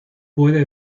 puede